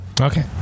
Okay